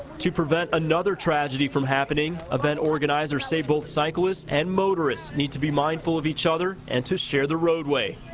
to prevent another tragedy from happening. event organizers say both cyclists and motorists need to be mindful of each other and to share the roadway.